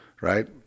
right